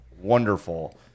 wonderful